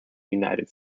united